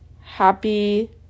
Happy